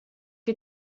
que